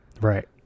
Right